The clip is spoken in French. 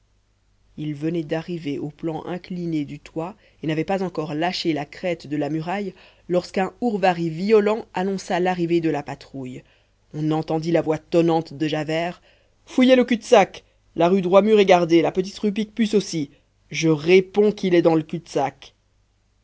il venait d'arriver au plan incliné du toit et n'avait pas encore lâché la crête de la muraille lorsqu'un hourvari violent annonça l'arrivée de la patrouille on entendit la voix tonnante de javert fouillez le cul-de-sac la rue droit mur est gardée la petite rue picpus aussi je réponds qu'il est dans le cul-de-sac